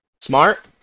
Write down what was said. Smart